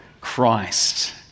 Christ